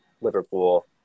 Liverpool